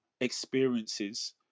experiences